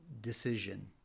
decision